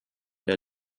der